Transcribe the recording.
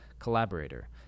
Collaborator